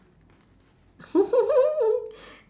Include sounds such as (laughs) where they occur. (laughs)